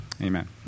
Amen